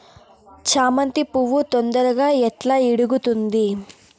చామంతి పువ్వు తొందరగా ఎట్లా ఇడుగుతుంది?